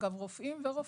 רופאים ורופאות,